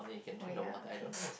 oh ya okay